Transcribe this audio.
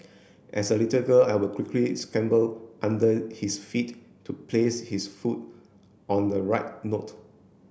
as a little girl I would quickly scamper under his feet to place his foot on the right note